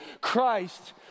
Christ